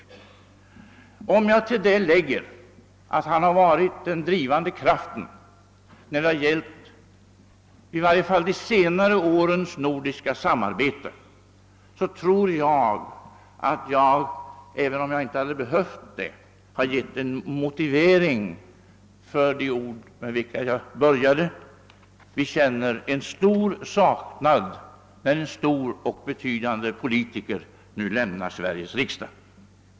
Om jag till detta lägger att han har varit den drivande kraften när det har gällt i varje fall de senare årens nordiska samarbete, tror jag att jag, även om jag inte hade behövt det, hade givit en motivering för de ord med vilka jag började: vi känner en stor saknad när en stor och betydande politiker nu lämnar Sveriges riksdag.